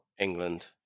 England